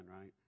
right